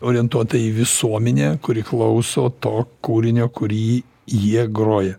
orientuota į visuomenę kuri klauso to kūrinio kurį jie groja